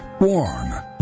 warm